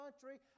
country